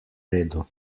redu